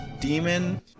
Demon